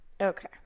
Okay